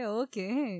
okay